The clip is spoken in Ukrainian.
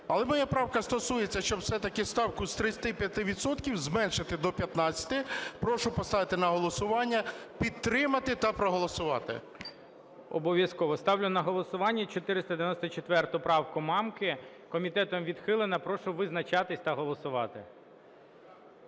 Але моя правка стосується, щоб все-таки ставку з 35 відсотків зменшити до 15. Прошу поставити на голосування, підтримати та проголосувати. ГОЛОВУЮЧИЙ. Обов'язково. Ставлю на голосування 494 правку Мамки. Комітетом відхилена. Прошу визначатись та голосувати.